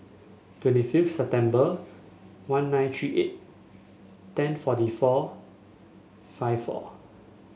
twenty fifth September one nine three eight ten forty four five four